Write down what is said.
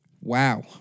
Wow